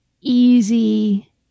easy